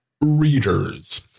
Readers